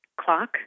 clock